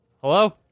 Hello